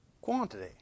quantity